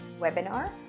webinar